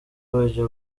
bajya